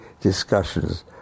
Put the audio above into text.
discussions